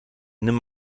nimm